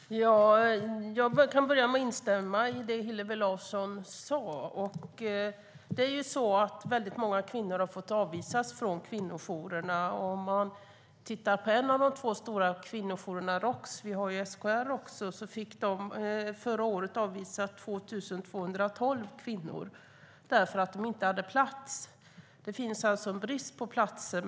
Herr talman! Jag vill börja med att instämma i det som Hillevi Larsson sade. Många kvinnor har fått avvisas från kvinnojourerna. Om vi tittar på Roks, en av de stora kvinnojourerna - vi har ju även SKR - ser vi att de förra året fick avvisa 2 212 kvinnor eftersom de inte hade plats. Det finns alltså en brist på platser.